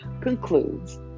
concludes